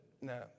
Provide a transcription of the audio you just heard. no